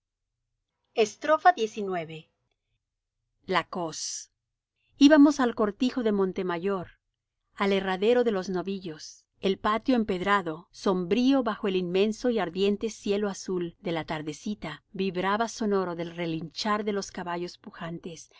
platero xix la coz íbamos al cortijo de montemayor al herradero de los novillos el patio empedrado sombrío bajo el inmenso y ardiente cielo azul de la tardecita vibraba sonoro del relinchar de los caballos pujantes